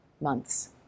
months